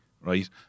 right